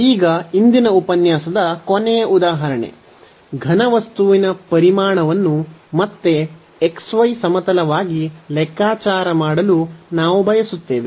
ಈಗ ಇಂದಿನ ಉಪನ್ಯಾಸದ ಕೊನೆಯ ಉದಾಹರಣೆ ಘನವಸ್ತುವಿನ ಪರಿಮಾಣವನ್ನು ಮತ್ತೆ xy ಸಮತಲವಾಗಿ ಲೆಕ್ಕಾಚಾರ ಮಾಡಲು ನಾವು ಬಯಸುತ್ತೇವೆ